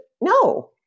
no